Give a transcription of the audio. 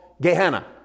Gehenna